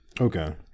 Okay